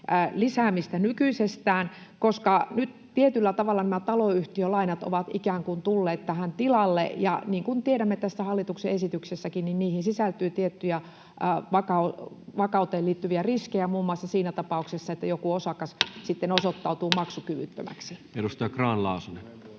lisäämistä nykyisestä, koska nyt tietyllä tavalla nämä taloyhtiölainat ovat ikään kuin tulleet tähän tilalle, ja, niin kuin tiedämme tästä hallituksen esityksestäkin, niihin sisältyy tiettyjä vakauteen liittyviä riskejä muun muassa siinä tapauksessa, että joku osakas sitten osoittautuu maksukyvyttömäksi. [Speech 16] Speaker: